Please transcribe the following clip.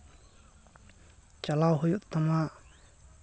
ᱪᱟᱞᱟᱣ ᱦᱩᱭᱩᱜ ᱛᱟᱢᱟ